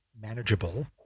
manageable